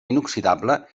inoxidable